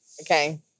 Okay